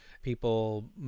people